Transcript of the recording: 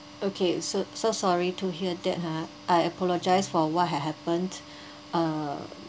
okay so so sorry to hear that ha I apologise for what had happen uh